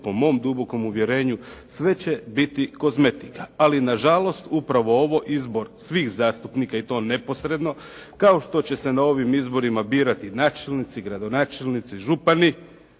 po mom dubokom uvjerenju, sve će biti kozmetika. Ali nažalost upravo ovo, izbor svih zastupnika i to neposredno ako što će se na ovim izborima birati načelnici, gradonačelnici, župani,